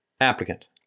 applicant